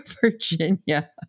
Virginia